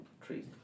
trees